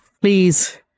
Please